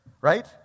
right